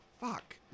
fuck